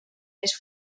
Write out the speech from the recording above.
més